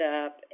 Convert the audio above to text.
up